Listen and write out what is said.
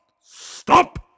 stop